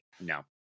No